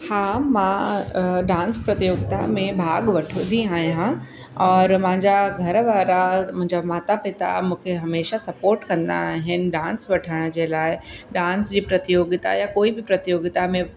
हा मां डांस प्रतियोगिता में भाॻु वठंदी आहियां और मुंहिंजा घर वारा मुंहिंजा माता पिता मूंखे हमेशह सपोर्ट कंदा आहिनि डांस वठण जे लाइ डांस जी प्रतियोगिता या कोई बि प्रतियोगिता में